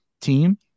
team